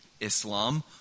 Islam